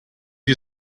you